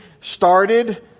started